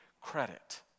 credit